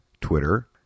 Twitter